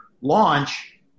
launch